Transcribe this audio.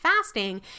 fasting